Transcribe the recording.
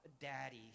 Daddy